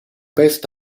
based